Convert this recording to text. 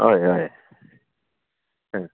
हय हय हय